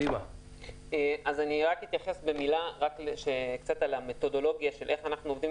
אני אתייחס בקצרה למתודולוגיה של איך אנחנו עובדים,